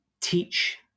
teach